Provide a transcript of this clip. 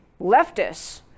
leftists